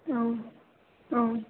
औ औ